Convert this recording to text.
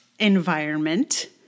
environment